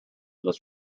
this